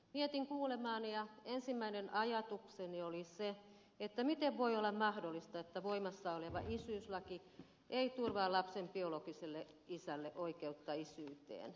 mietin kuulemaani ja ensimmäinen ajatukseni oli se miten voi olla mahdollista että voimassa oleva isyyslaki ei turvaa lapsen biologiselle isälle oikeutta isyyteen